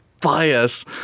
bias